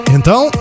Então